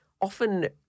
often